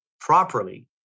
properly